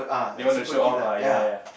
you want to show off ah ya ya